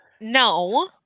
no